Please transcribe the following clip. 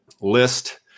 list